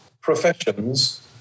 professions